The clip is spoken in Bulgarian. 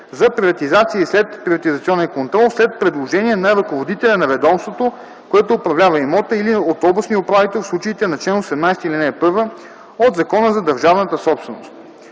за приватизация и следприватизационен контрол след предложение на ръководителя на ведомството, което управлява имота, или от областния управител в случаите на чл. 18, ал. 1 от Закона за държавната собственост.